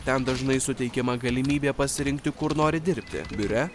ten dažnai suteikiama galimybė pasirinkti kur nori dirbti biure